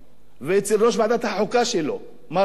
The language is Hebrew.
ואצל ראש ועדת החוקה שלו, מר רותם.